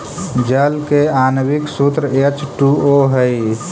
जल के आण्विक सूत्र एच टू ओ हई